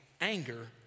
anger